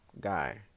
guy